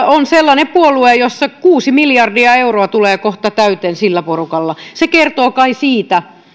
on sellainen puolue jossa kuusi miljardia euroa tulee kohta täyteen sillä porukalla se kertoo kai